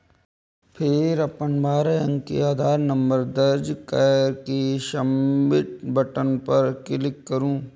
फेर अपन बारह अंक के आधार नंबर दर्ज कैर के सबमिट बटन पर क्लिक करू